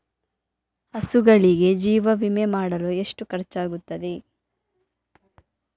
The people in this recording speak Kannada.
ಹಸುಗಳಿಗೆ ಜೀವ ವಿಮೆ ಮಾಡಲು ಎಷ್ಟು ಖರ್ಚಾಗುತ್ತದೆ?